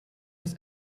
his